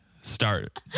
start